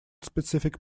specific